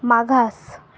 मागास